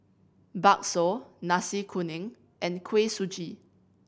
bakso Nasi Kuning and Kuih Suji